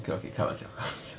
okay okay 开玩笑开玩笑